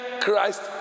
Christ